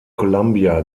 columbia